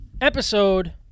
episode